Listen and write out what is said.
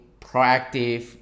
proactive